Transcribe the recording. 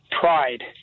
pride